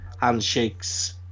handshakes